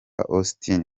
austin